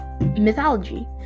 mythology